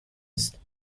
است